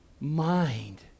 mind